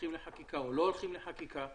הולכים לחקיקה או לא הולכים לחקיקה,